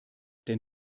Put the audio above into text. denn